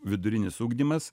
vidurinis ugdymas